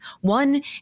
one